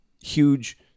huge